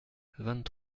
vingt